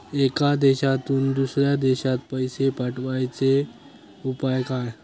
एका देशातून दुसऱ्या देशात पैसे पाठवचे उपाय काय?